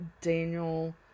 Daniel